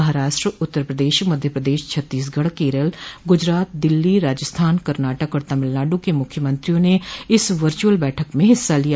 महाराष्ट उत्तर प्रदेश मध्य प्रदेश छत्तीसगढ़ केरल गुजरात दिल्ली राजस्थान कर्नाटक और तमिलनाडु के मुख्यमंत्रियों ने इस वर्चुअल बैठक में हिस्सा लिया